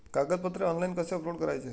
कागदपत्रे ऑनलाइन कसे अपलोड करायचे?